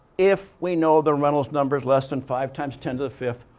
if we know the reynolds number is less than five times ten to the fifth,